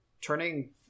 Turning